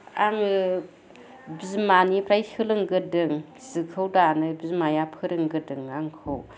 आङो बिमानिफ्राय सोलोंग्रोदों जिखौ दानो बिमाया फोरोंग्रोदों आंखौ